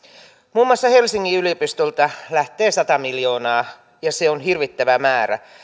muun muassa helsingin yliopistolta lähtee sata miljoonaa ja se on hirvittävä määrä